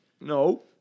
No